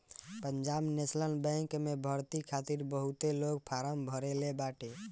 Punjab national bank में भर्ती खातिर बहुते लोग फारम भरले बाटे